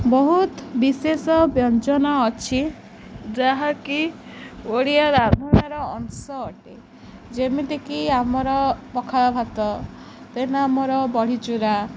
ବହୁତ ବିଶେଷ ବ୍ୟଞ୍ଜନ ଅଛି ଯାହାକି ଓଡ଼ିଆ ଅଂଶ ଅଟେ ଯେମିତିକି ଆମର ପଖାଳ ଭାତ ଦେନ୍ ଆମର ବଢ଼ିଚୁରା